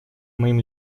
моим